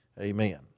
amen